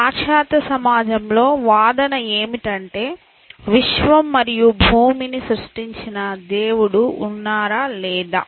పాశ్చాత్య సమాజంలో వాదన ఏమిటంటే విశ్వం మరియు భూమిని సృష్టించిన దేవుడు ఉన్నారా లేదా